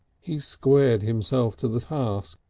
he squared himself to the task,